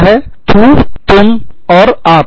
यह है तूतुमऔर आप